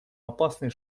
опасный